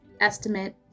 estimate